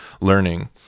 learning